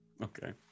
okay